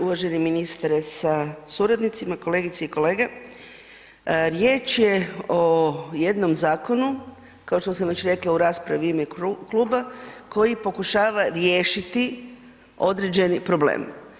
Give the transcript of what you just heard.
Uvaženi ministre sa suradnicima, kolegice i kolege riječ je o jednom zakonu kao što sam već rekla u raspravi u ime kluba koji pokušava riješiti određeni problem.